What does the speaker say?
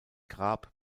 grab